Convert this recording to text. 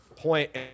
point